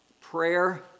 Prayer